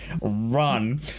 run